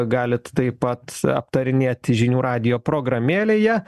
galit taip pat aptarinėti žinių radijo programėlėje